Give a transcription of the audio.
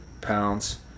pounds